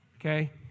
okay